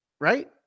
Right